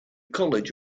college